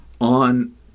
on